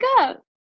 up